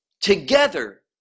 together